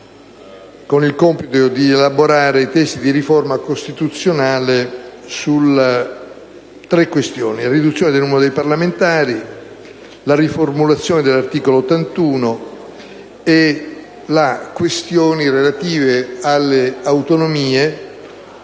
con il compito di elaborare testi di riforma costituzionale su tre questioni: la riduzione del numero dei parlamentari, la riformulazione dell'articolo 81 della Costituzione e la questione